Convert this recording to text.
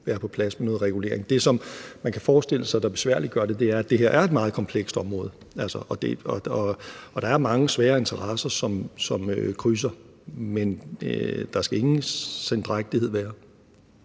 være på plads med noget regulering. Det, som man kan forestille sig besværliggør det, er, at det her er et meget komplekst område, og der er mange svære interesser, som krydser, men der skal ingen sendrægtighed være.